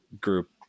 group